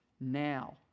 now